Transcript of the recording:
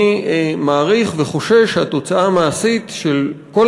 אני מעריך וחושש שהתוצאה המעשית של כל